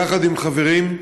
יחד עם חברים,